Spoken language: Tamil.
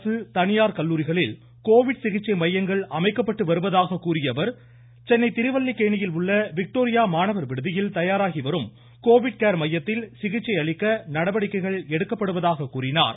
அரசு தனியார் கல்லூரிகளில் கோவிட் சிகிச்சை மையங்கள் அமைக்கப்பட்டு வருவதாக கூறிய அவர் சென்னை திருவல்லிக்கேணியிலுள்ள விக்டோரியா மாணவர் விடுதியில் தயாராகி வரும் கோவிட் கேர் மையத்தில் சிகிச்சை அளிக்க நடவடிக்கைகள் எடுக்கப்படுவதாக கூறினார்